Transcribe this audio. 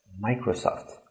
Microsoft